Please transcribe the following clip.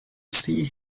see